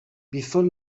before